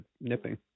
nipping